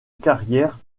carrière